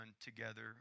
together